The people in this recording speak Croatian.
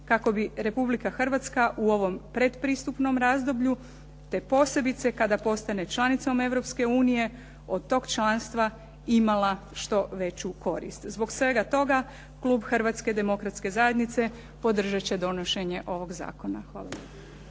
kako bi Republika Hrvatska u ovom predpristupnom razdoblju te posebice kada postane članicom Europske unije od tog članstva imala što veću korist. Zbog svega toga klub Hrvatske demokratske zajednice podržat će donošenje ovog zakona. Hvala